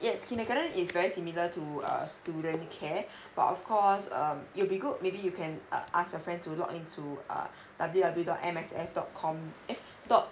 yes kindergarten is very similar to uh student care but of course um it will be good maybe you can uh ask your friend to log into uh W W dot M S F dot com eh dot